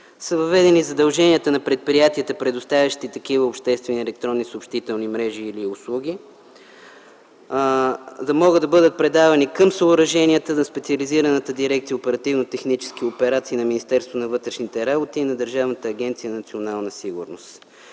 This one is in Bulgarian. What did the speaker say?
са въведени задълженията на предприятията, предоставящи такива обществени електронни съобщителни мрежи или услуги, за да могат да бъдат предавани към съоръженията за специализираната дирекция „Оперативно-технически